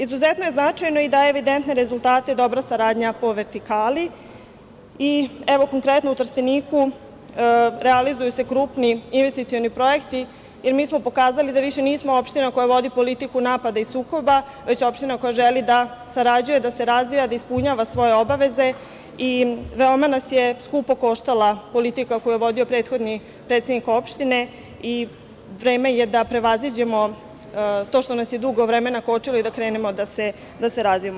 Izuzetno je značajno i daje evidentne rezultate dobra saradnja po vertikali i, evo konkretno u Trsteniku, realizuju se krupni investicioni projekti i mi smo pokazali da više nismo opština koja vodi politiku napada i sukoba, već opština koja želi da sarađuje, da se razvija, da ispunjava svoje obaveze i veoma nas je skupo koštala politika koju je vodio prethodni predsednik opštine i vreme je da prevaziđemo to što nas je dugo vremena kočilo i da krenemo da se razvijamo.